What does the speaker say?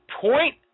point